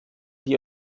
die